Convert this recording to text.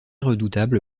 redoutable